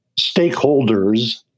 stakeholders